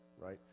right